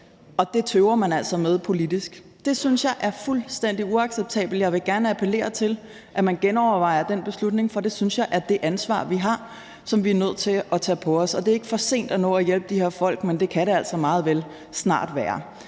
Det tøver man altså med politisk. Det synes jeg er fuldstændig uacceptabelt. Jeg vil gerne appellere til, at man genovervejer den beslutning, for jeg synes, at det er det ansvar, vi har, og som vi er nødt til at tage på os. Det er ikke for sent at nå at hjælpe de her folk, men det kan det altså meget vel snart være.